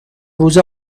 روز